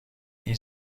این